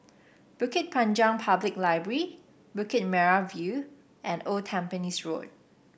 Bukit Panjang Public Library Bukit Merah View and Old Tampines Road